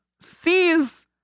sees